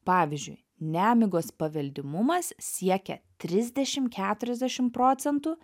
pavyzdžiui nemigos paveldimumas siekia trisdešim keturiasdešim procentų